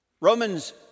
Romans